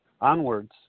onwards